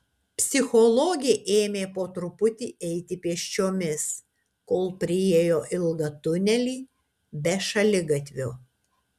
psichologė ėmė po truputį eiti pėsčiomis kol priėjo ilgą tunelį be šaligatvio